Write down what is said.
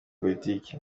politiki